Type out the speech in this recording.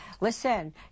listen